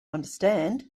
understand